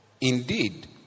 Indeed